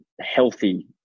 healthy